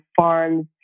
farms